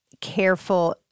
careful